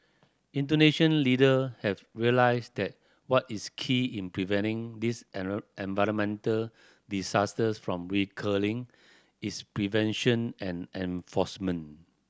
Indonesian leader have realised that what is key in preventing this environmental disasters from recurring is prevention and enforcement